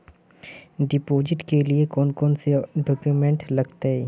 Deposit के लिए कौन कौन से डॉक्यूमेंट लगते?